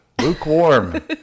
lukewarm